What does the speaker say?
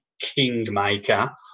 kingmaker